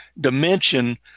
dimension